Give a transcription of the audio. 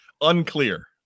Unclear